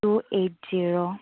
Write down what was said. two eight zero